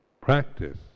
practice